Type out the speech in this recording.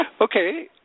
Okay